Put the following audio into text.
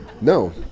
No